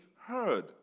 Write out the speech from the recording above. heard